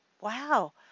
wow